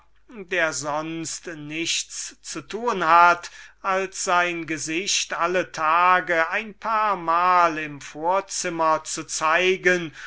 der sonst nichts zu tun hat als sein gesicht alle tage ein paarmal im vorzimmer zu zeigen